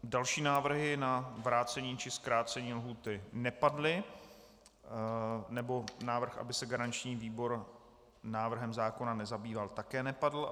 Další návrhy na vrácení či zkrácení lhůty nepadly, nebo návrh, aby se garanční výbor návrhem zákona nezabýval, také nepadl.